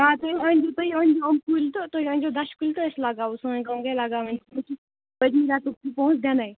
آ تُہۍ أنۍ زیو تُہۍ أنۍ زیو یِم کُلۍ تہٕ تُہۍ أنۍ زیو دَچھہِ کُلۍ تہٕ أسۍ لگاوو سٲنۍ کٲم گٔے لگاوٕنۍ پٔتم نٮ۪صٕف چھِ پونسہٕ دِنٕے